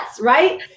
right